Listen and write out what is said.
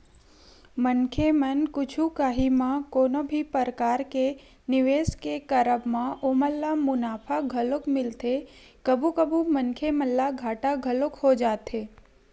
मनखे मन कुछु काही म कोनो भी परकार के निवेस के करब म ओमन ल मुनाफा घलोक मिलथे कभू कभू मनखे मन ल घाटा घलोक हो जाथे